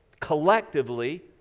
collectively